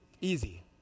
Easy